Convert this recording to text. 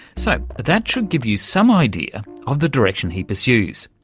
so that should give you some idea of the direction he pursues.